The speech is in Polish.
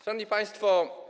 Szanowni Państwo!